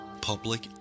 Public